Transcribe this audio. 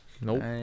Nope